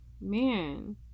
Man